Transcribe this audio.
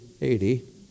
eighty